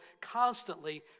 constantly